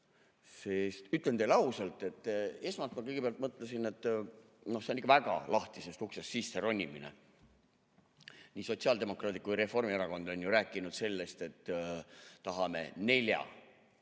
Ütlen teile ausalt, et ma kõigepealt mõtlesin, et see on väga lahtisest uksest sisseronimine. Nii sotsiaaldemokraadid kui ka Reformierakond on ju rääkinud sellest, et tahame